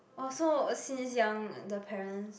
oh so since young the parents